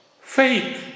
faith